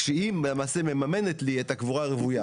כשהיא למעשה מממנת לי את הקבורה הרוויה,